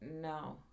no